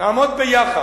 לעמוד ביחד.